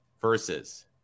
versus